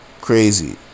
Crazy